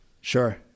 Sure